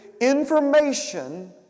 information